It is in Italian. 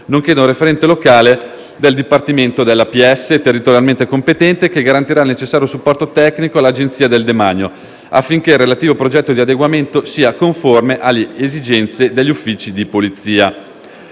nonché da un referente locale del Dipartimento della pubblica sicurezza territorialmente competente, che garantirà il necessario supporto tecnico all'Agenzia del demanio affinché il relativo progetto di adeguamento sia conforme alle esigenze degli uffici di Polizia.